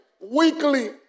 weekly